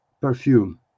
perfume